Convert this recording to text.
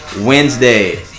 Wednesday